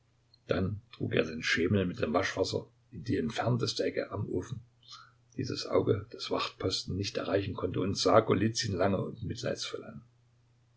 dann trug er den schemel mit dem waschwasser in die entfernte ecke am ofen die das auge des wachtposten nicht erreichen konnte und sah golizyn lange und mitleidsvoll an